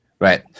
right